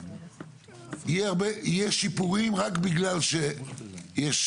יהיו שיפורים רק בגלל שיש,